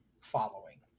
following